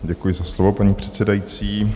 Děkuji za slovo, paní předsedající.